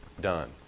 Done